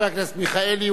חבר הכנסת מיכאלי,